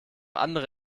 andere